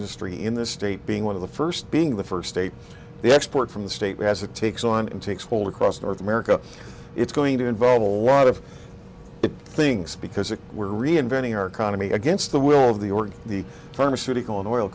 industry in this state being one of the first being the first state to export from the state has a takes on it and takes hold across north america it's going to involve a lot of things because if we're reinventing our economy against the will of the org the pharmaceutical and oil